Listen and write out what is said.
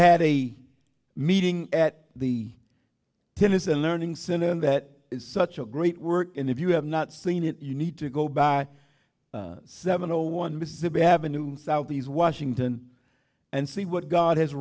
had a meeting at the tennis and learning center and that is such a great we're in if you have not seen it you need to go by seven zero one mississippi avenue southeast washington and see what god has